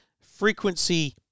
frequency